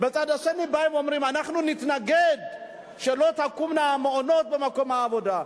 מצד שני הם באים ואומרים: אנחנו נתנגד להקמת מעונות במקום העבודה.